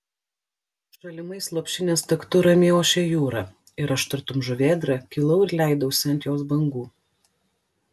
šalimais lopšinės taktu ramiai ošė jūra ir aš tartum žuvėdra kilau ir leidausi ant jos bangų